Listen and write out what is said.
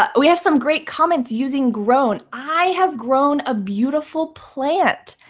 but we have some great comments using grown. i have grown a beautiful plant.